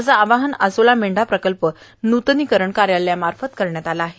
असे आवाहन आसोला मेंढा प्रकल्प नूतनीकरण कार्यालयामार्फत करण्यात आले आहे